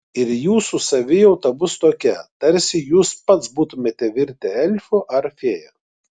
ir jūsų savijauta bus tokia tarsi jūs pats būtumėte virtę elfu ar fėja